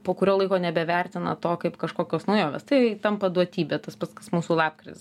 po kurio laiko nebevertina to kaip kažkokios naujovės tai tampa duotybe tas pats kas mūsų lapkritis